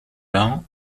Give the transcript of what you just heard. l’un